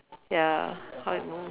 ya how it